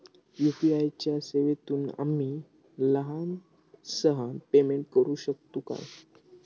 UPI च्या सेवेतून आम्ही लहान सहान पेमेंट करू शकतू काय?